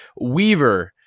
Weaver